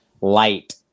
light